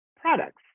products